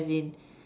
as in